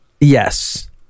Yes